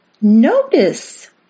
Notice